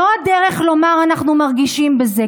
זו לא הדרך לומר: אנחנו מרגישים בזה,